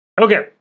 okay